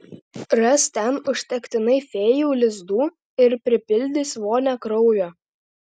ras ten užtektinai fėjų lizdų ir pripildys vonią kraujo